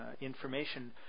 information